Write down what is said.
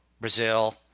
Brazil